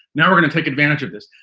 now we're going to take advantage of this.